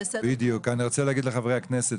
רוצה להגיד לחברי הכנסת,